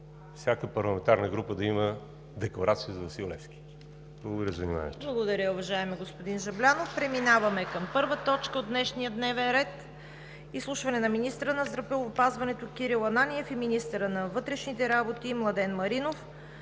всяка парламентарна група да има декларация за Васил Левски. Благодаря за вниманието.